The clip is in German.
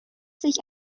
sich